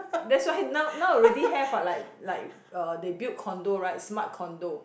that's why now now already have what like like uh they build condo right smart condo